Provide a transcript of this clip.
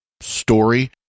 story